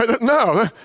No